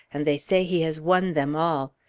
and they say he has won them all.